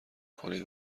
کنید